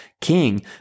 king